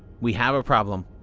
we have a problem.